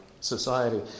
society